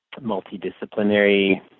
multidisciplinary